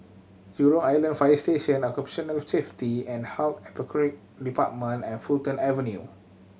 Jurong Island Fire Station Occupational Safety and Health Department and Fulton Avenue